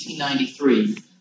1893